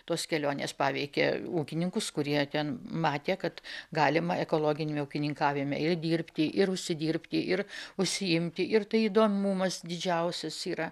tos kelionės paveikė ūkininkus kurie ten matė kad galima ekologiniame ūkininkavime ir dirbti ir užsidirbti ir užsiimti ir tai įdomumas didžiausias yra